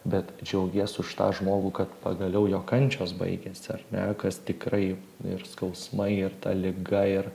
bet džiaugies už tą žmogų kad pagaliau jo kančios baigėsi ar ne kas tikrai ir skausmai ir ta liga ir